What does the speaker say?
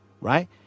Right